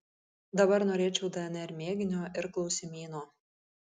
dabar norėčiau dnr mėginio ir klausimyno